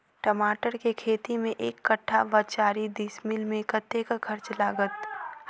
टमाटर केँ खेती मे एक कट्ठा वा चारि डीसमील मे कतेक खर्च लागत?